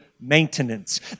maintenance